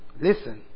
Listen